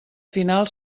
final